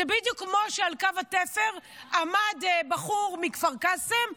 זה בדיוק כמו שעל קו התפר עמד בחור מכפר קאסם,